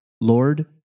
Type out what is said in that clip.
Lord